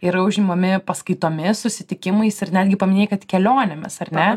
yra užimami paskaitomis susitikimais ir netgi paminėjai kad kelionėmis ar ne